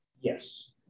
Yes